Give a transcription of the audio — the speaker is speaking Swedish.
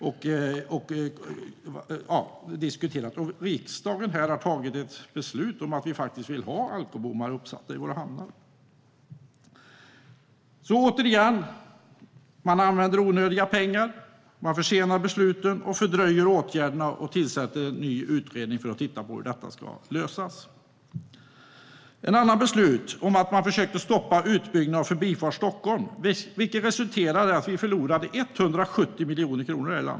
Och vi i riksdagen har tagit ett beslut och sagt att vi faktiskt vill ha alkobommar uppsatta i våra hamnar. Återigen: Man använder pengar i onödan. Man försenar besluten och fördröjer åtgärderna och tillsätter en ny utredning för att se hur detta ska lösas. Man försökte stoppa utbyggnaden av Förbifart Stockholm, vilket resulterade i att vi i det här landet förlorade 170 miljoner kronor.